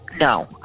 No